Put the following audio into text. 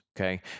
okay